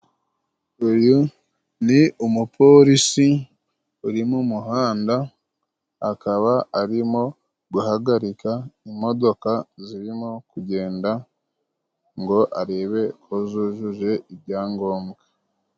Uyu ni umupolisi uri mu muhanda akaba arimo guhagarika imodoka zirimo kugenda ngo arebe ko zujuje ibyangombwa.